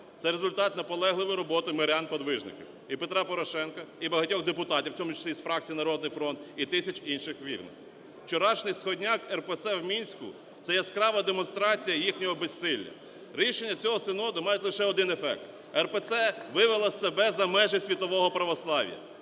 Це результат наполегливої роботи мирян-подвижників – і Петра Порошенка, і багатьох депутатів, в тому числі і з фракції "Народний фронт", і тисяч інших вірних. Вчорашній "сходняк" РПЦ в Мінську – це яскрава демонстрація їхнього безсилля. Рішення цього Синоду мають лише один ефект: РПЦ вивела себе за межі світового православ'я,